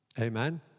Amen